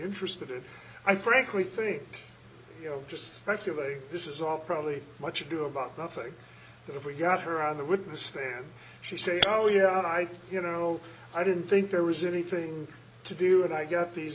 interested i frankly think you know just speculating this is all probably much ado about nothing that we got her on the witness stand she say oh yeah i you know i didn't think there was anything to do and i got these